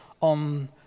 on